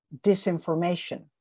disinformation